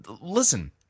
listen